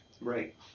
Right